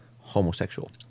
homosexual